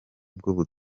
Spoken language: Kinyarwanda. bwo